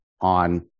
on